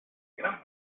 gran